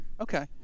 okay